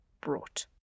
brought